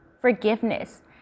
forgiveness